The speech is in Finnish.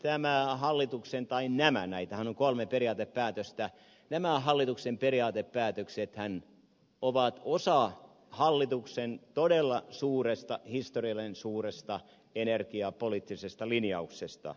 tämä hallituksen tai nämä näitähän on kolme periaatepäätöstä hallituksen periaatepäätöksethän ovat osa hallituksen todella suuresta historiallisen suuresta energiapoliittisesta linjauksesta